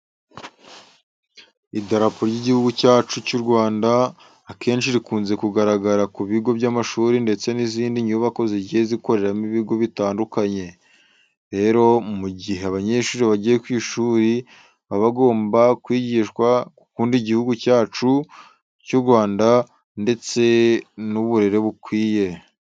Idarapo ry'Igihugu cyacu cy'u Rwanda, akenshi rikunze kugaragara ku bigo by'amashuri ndetse n'izindi nyubako zigiye zikoreramo ibigo bitandukanye. Rero mu gihe abanyeshuri bagiye ku ishuri baba bagomba kwigishwa gukunda Igihugu cyacu cy'u Rwanda ndetse n'uburere bukwiye.